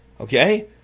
Okay